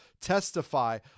testify